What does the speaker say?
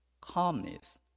calmness